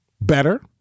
better